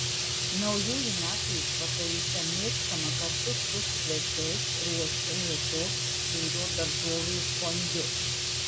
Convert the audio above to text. naujųjų metų išvakarėse mėgstama kartu su svečiais ruošti mėsos sūrio daržovių fondiu